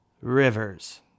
Rivers